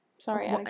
Sorry